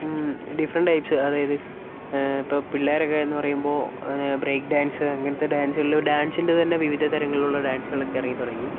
different types അതായത് ഇപ്പൊൾ പിള്ളേരൊക്കെന്നു പറയുമ്പോൾ ബ്രേക്ക് ഡാൻസ് അങ്ങനത്തെ ഡാൻസ് ഡാൻസിൻ്റെ തന്നെ വിവിധതരങ്ങളുള്ള ഡാൻസുകളൊക്കെ ഇറങ്ങിത്തുടങ്ങി